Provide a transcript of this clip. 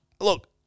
Look